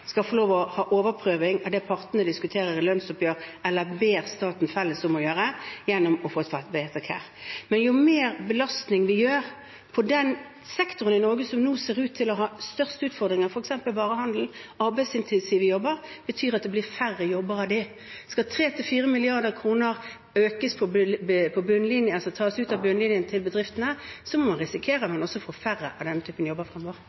skal få lov til å ha overprøving av det partene diskuterer i lønnsoppgjør, eller det man felles ber staten om å gjøre, gjennom å få et vedtak her. Men jo mer belastning vi gir den sektoren i Norge som nå ser ut til å ha størst utfordringer – f.eks. varehandelen, arbeidsintensive jobber – jo færre blir det av disse jobbene. Skal 3–4 mrd. kr tas ut av bunnlinjen til bedriftene, må en risikere at en også får færre av denne typen jobber